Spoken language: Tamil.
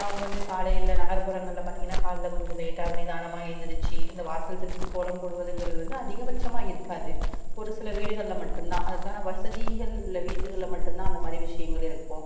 அவங்க வந்து காலையில் நகர்ப்புறங்களில் பார்த்திங்கன்னா காலையில் கொஞ்சம் லேட்டாக நிதானமாக எழுந்திருச்சி இந்த வாசல் தெளித்து கோலம் போடுவதுங்கிறது வந்து அதிகப்பட்சமாக இருக்காது ஒரு சில வீடுகளில் மட்டும்தான் அதற்கான வசதிகள் உள்ள வீட்டுகளில் மட்டும்தான் அந்த மாதிரி விஷயங்கள் இருக்கும்